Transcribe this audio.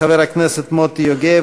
חבר הכנסת מוטי יוגב,